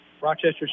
Rochester